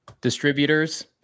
distributors